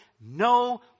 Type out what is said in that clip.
no